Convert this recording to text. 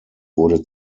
wurde